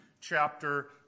chapter